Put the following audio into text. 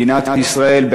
מדינת ישראל,